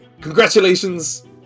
Congratulations